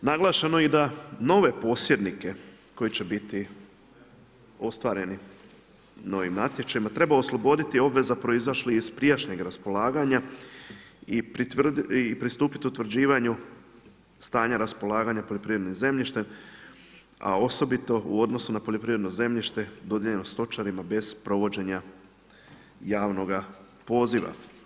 Naglašeno i da nove posjednike, koji će biti otvoreni, novim natječajima, treba osloboditi obveza proizašli iz prijašnjih raspolaganja i pristupiti utvrđivanju stanja raspolaganja poljoprivrednim zemljištem, a osobito u odnosu na poljoprivredno zemljište, dodijeljeno stočarima bez provođenja javnoga poziva.